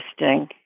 interesting